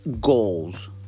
goals